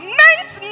meant